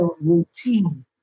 routine